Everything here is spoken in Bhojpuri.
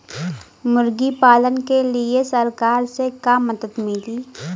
मुर्गी पालन के लीए सरकार से का मदद मिली?